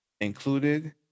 included